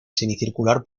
semicircular